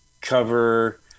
cover